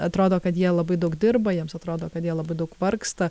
atrodo kad jie labai daug dirba jiems atrodo kad jie labai daug vargsta